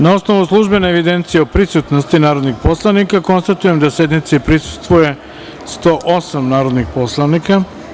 Na osnovu službene evidencije o prisutnosti narodnih poslanika, konstatujem da sednici prisustvuje 108 narodnih poslanika.